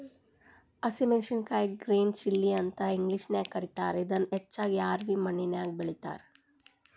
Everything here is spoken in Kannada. ಹಸಿ ಮೆನ್ಸಸಿನಕಾಯಿಗೆ ಗ್ರೇನ್ ಚಿಲ್ಲಿ ಅಂತ ಇಂಗ್ಲೇಷನ್ಯಾಗ ಕರೇತಾರ, ಇದನ್ನ ಹೆಚ್ಚಾಗಿ ರ್ಯಾವಿ ಮಣ್ಣಿನ್ಯಾಗ ಬೆಳೇತಾರ